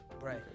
Right